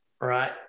right